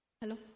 Hello